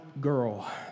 girl